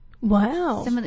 Wow